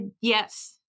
Yes